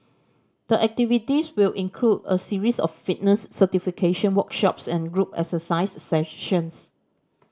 the activities will include a series of fitness certification workshops and group exercise sessions